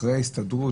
אחרי ההסתדרות